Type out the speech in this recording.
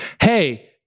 Hey